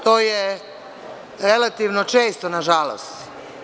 To je relativno često, nažalost.